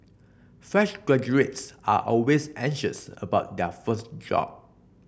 fresh graduates are always anxious about their first job